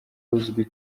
uzwi